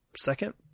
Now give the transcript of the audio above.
second